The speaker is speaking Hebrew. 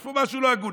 יש פה משהו לא הגון.